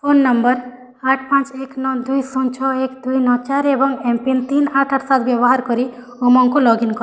phone number ଆଠ ପାଞ୍ଚ ଏକ ନଅ ଦୁଇ ଶୂନ ଛଅ ଏକ ଦୁଇ ନଅ ଚାରି ଏବଂ ଏମ୍ପିନ୍ ତିନି ଆଠ ଆଠ ସାତ ବ୍ୟବହାର କରି ଉମଙ୍ଗକୁ ଲଗ୍ଇନ କର